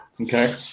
Okay